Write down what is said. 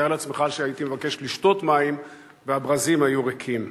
תאר לעצמך שהייתי מבקש לשתות מים והברזים היו ריקים.